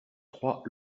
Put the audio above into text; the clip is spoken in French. trois